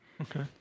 Okay